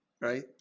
right